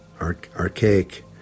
archaic